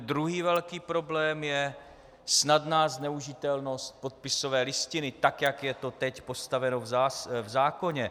Druhý velký problém je snadná zneužitelnost podpisové listiny, tak jak je to teď postaveno v zákoně.